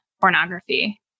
pornography